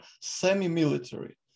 semi-military